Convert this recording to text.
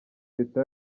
leta